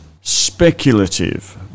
speculative